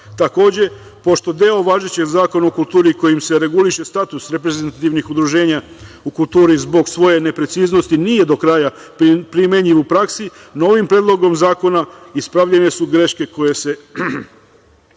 praksi. Takođe, pošto deo važećeg zakona o kulturi kojim se reguliše status reprezentativnih udruženja u kulturi zbog svoje nepreciznosti nije do kraja primenjiv u praksi, novim predlogom zakona ispravljene su greške koje se